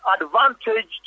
advantaged